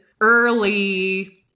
early